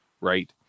right